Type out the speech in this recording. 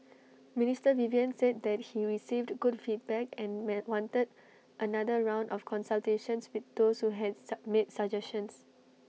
Minister Vivian said that he received good feedback and made wanted another round of consultations with those who had made suggestions